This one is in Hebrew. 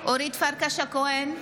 אורית פרקש הכהן,